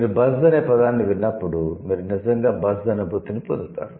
మీరు 'బజ్' అనే పదాన్ని విన్నప్పుడు మీరు నిజంగా 'బజ్' అనుభూతిని పొందుతారు